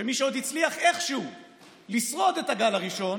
שמי שעוד הצליח איכשהו לשרוד את הגל הראשון